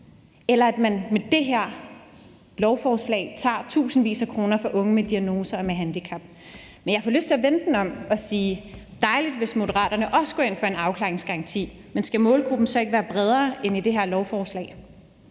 eller at man med det her lovforslag tager tusindvis af kroner fra unge med diagnoser og med handicap. Men jeg får lyst til at vende den om og sige: Dejligt, hvis Moderaterne også går ind for en afklaringsgaranti. Men skal målgruppen så ikke være bredere end i det her lovforslag?